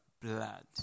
blood